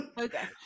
Okay